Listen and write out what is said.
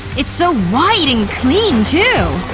it's so white and clean too!